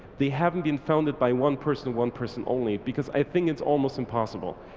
they haven't been founded by one person one person only, because i think it's almost impossible.